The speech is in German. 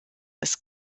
ist